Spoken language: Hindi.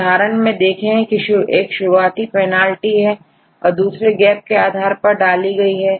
उदाहरण में देखें की एक शुरुआती पेनाल्टी है और दूसरी गैप के आधार पर डाली गई है